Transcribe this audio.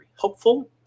helpful